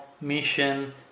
mission